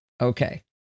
Okay